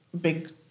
big